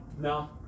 no